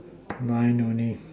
nine only